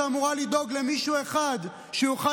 קומבינה שאמורה לדאוג למישהו אחד שיוכל